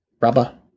rubber